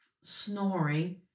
snoring